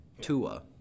Tua